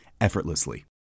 effortlessly